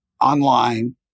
online